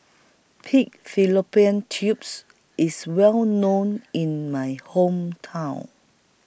Pig Fallopian Tubes IS Well known in My Hometown